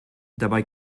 dabei